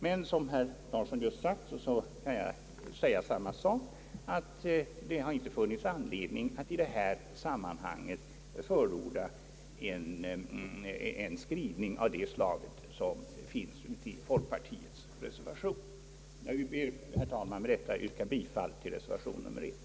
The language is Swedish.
Jag kan instämma i vad herr Larsson just sagt att det inte har funnits anledning att i det här sammanhanget förorda en skrivning av det slag som finns i folkpartiets reservation. Jag ber, herr talman, med detta få yrka bifall till reservation nr 1.